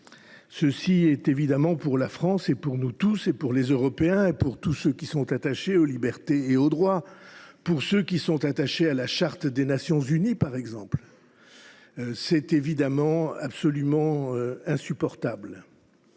agresseur l’emporte. Pour la France, pour nous tous, pour les Européens et pour tous ceux qui sont attachés aux libertés et aux droits, pour ceux qui sont attachés à la Charte des Nations unies, par exemple, c’est évidemment tout à fait insupportable.